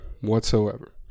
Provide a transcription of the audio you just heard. whatsoever